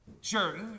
Sure